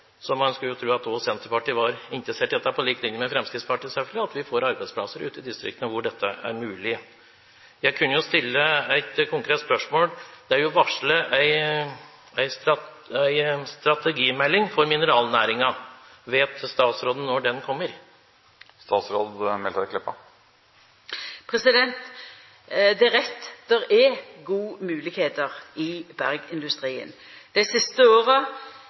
så man skulle jo tro at også Senterpartiet, på lik linje med Fremskrittspartiet selvfølgelig, er interessert i at vi får arbeidsplasser ute i distriktene hvor dette er mulig. Jeg kunne jo stille et konkret spørsmål. Det er varslet en strategimelding for mineralnæringen. Vet statsråden når den kommer? Det er rett – det er gode moglegheiter i bergindustrien. Dei siste